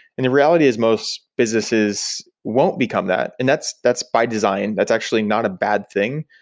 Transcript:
in reality, is most businesses won't become that, and that's that's by design. that's actually not a bad thing.